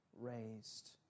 raised